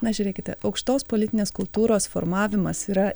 na žiūrėkite aukštos politinės kultūros formavimas yra